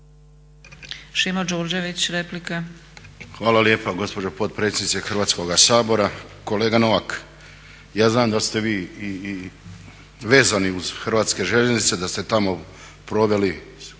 Šimo Đurđević, replika.